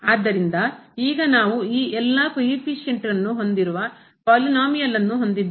ಆದ್ದರಿಂದ ಈಗ ನಾವು ಈ ಎಲ್ಲಾ ಕೊಯಿಫೀಸಿಂಟ್ಸ್ ಗುಣಾಂಕಗಳ ನ್ನು ಹೊಂದಿರುವ ಪಾಲಿನೋಮಿಯಲ್ನ್ನು ಬಹುಪದೀಯ ಹೊಂದಿದ್ದೇವೆ